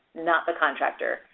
not the contractor,